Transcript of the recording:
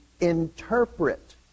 interpret